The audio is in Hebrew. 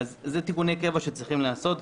אלה תיקונים שצריכים להיעשות,